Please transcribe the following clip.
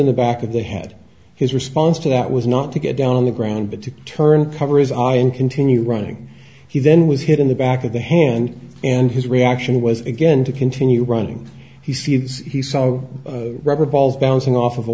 in the back of the had his response to that was not to get down on the ground but to turn cover his eye and continue running he then was hit in the back of the hand and his reaction was again to continue running he sees he saw the rubber balls bouncing off of a